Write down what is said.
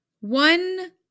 One